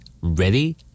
Ready